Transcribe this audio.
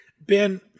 Ben